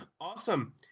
Awesome